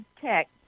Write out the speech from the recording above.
tech